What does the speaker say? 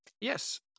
Yes